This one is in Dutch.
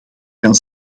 kan